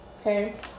okay